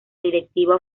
directiva